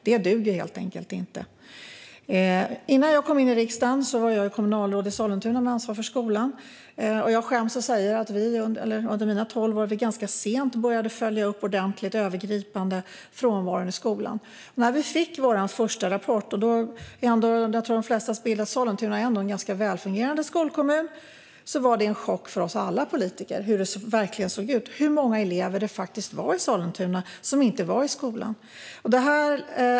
Det duger helt enkelt inte. Innan jag kom in i riksdagen var jag kommunalråd i Sollentuna med ansvar för skolan. Jag skäms att säga att vi under mina tolv år ganska sent, ordentligt och övergripande, började följa upp frånvaron i skolan. När vi fick vår första rapport var det en chock för oss alla politiker hur det verkligen såg ut och hur många elever i Sollentuna som faktiskt inte var i skolan. Och jag tror att de flesta ändå har en bild av att Sollentuna är en ganska välfungerande skolkommun.